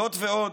זאת ועוד,